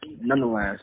nonetheless